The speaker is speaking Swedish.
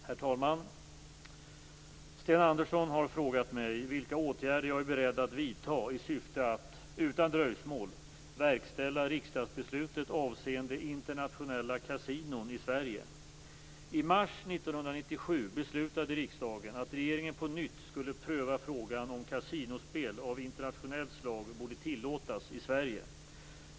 Herr talman! Sten Andersson har frågat mig vilka åtgärder jag är beredd att vidta i syfte att - utan dröjsmål - verkställa riksdagsbeslutet avseende internationella kasinon i Sverige. I mars 1997 beslutade riksdagen att regeringen på nytt skulle pröva frågan om kasinospel av internationellt slag borde tillåtas i Sverige.